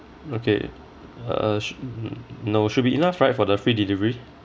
okay err sho~ no should be enough right for the free delivery